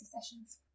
sessions